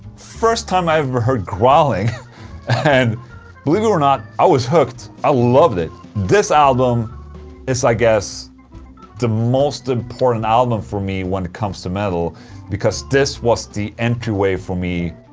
first time i ever heard growling and believe it or not, i was hooked. i loved it. this album is i guess the most important album for me when it comes to metal because this was the entry way for me.